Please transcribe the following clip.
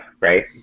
right